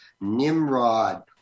Nimrod